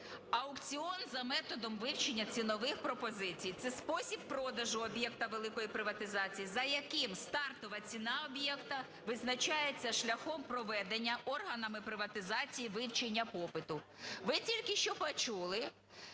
Аукціон за методом вивчення цінових пропозицій – це спосіб продажу об'єкта великої приватизації, за яким стартова ціна об'єкта визначається шляхом проведення органами приватизації вивчення попиту. Ви тільки що почули,